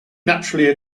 naturally